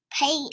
pay